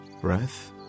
Breath